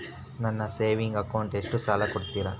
ನನ್ನ ಸೇವಿಂಗ್ ಅಕೌಂಟಿಗೆ ಎಷ್ಟು ಸಾಲ ಕೊಡ್ತಾರ?